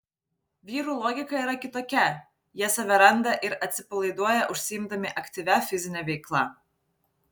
vyrų logika yra kitokia jie save randa ir atsipalaiduoja užsiimdami aktyvia fizine veikla